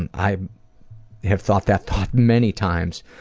and i have thought that thought many times.